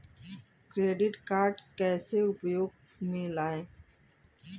Credit card कैसे उपयोग में लाएँ?